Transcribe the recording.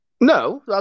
No